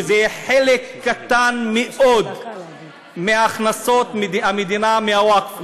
וזה יהיה חלק קטן מאוד מהכנסות המדינה מהווקף.